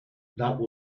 that